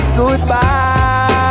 goodbye